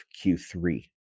Q3